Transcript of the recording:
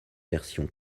version